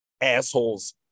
assholes